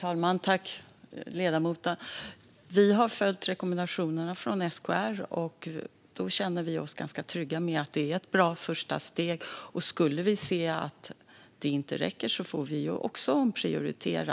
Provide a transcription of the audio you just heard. Herr talman! Vi har följt rekommendationerna från SKR. Då känner vi oss ganska trygga med att det är ett bra första steg. Skulle vi se att det inte räcker får vi också omprioritera.